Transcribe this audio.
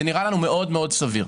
זה נראה לנו מאוד מאוד סביר.